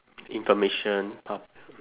information pap~